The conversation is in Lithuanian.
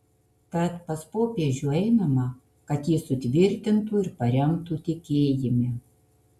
tad pas popiežių einama kad jis sutvirtintų ir paremtų tikėjime